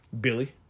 Billy